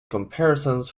comparisons